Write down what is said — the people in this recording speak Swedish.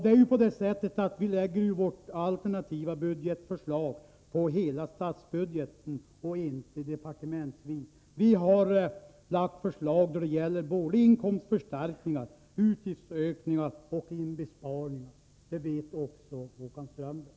Det är ju på det sättet att vi lägger fram vårt alternativa budgetförslag på hela statsbudgeten och inte departementsvis. Vi har lagt fram förslag beträffande såväl inkomstförstärkningar och inbesparingar som utgiftsökningar, och det vet också Håkan Strömberg.